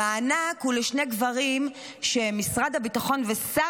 המענק הוא לשני גברים שמשרד הביטחון ושר